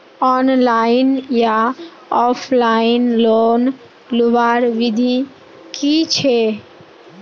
Online या offline loan लुबार विधि की छे?